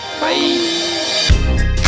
Bye